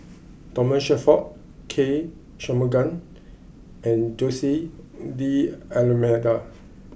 Thomas Shelford K Shanmugam and Jose D'almeida